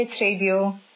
Radio